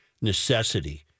necessity